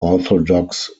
orthodox